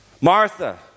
Martha